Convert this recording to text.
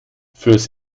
fürs